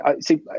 see